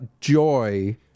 joy